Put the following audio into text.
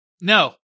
No